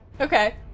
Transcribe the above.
Okay